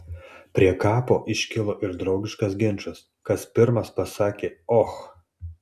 prie kapo iškilo ir draugiškas ginčas kas pirmas pasakė och